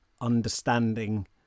understanding